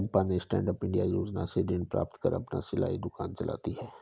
चंपा ने stand up India योजना से ऋण प्राप्त कर अपना सिलाई दुकान चलाती है